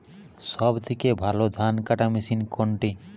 সবথেকে ভালো ধানকাটা মেশিন কোনটি?